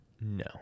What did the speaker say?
No